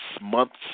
Months